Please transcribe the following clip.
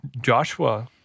Joshua